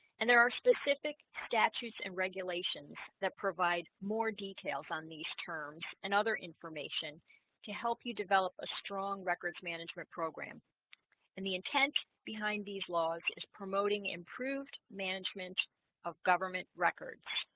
and there are specific statutes and regulations that provide more details on these terms and other information to help you develop a strong records management program and the intent behind these laws is promoting improved management of government records